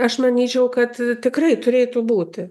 aš manyčiau kad tikrai turėtų būti